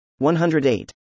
108